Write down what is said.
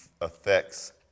affects